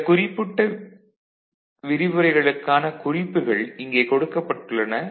இந்த குறிப்பிட்ட விரிவுரைகளுக்கான குறிப்புகள் இங்கே கொடுக்கப்பட்டுள்ளன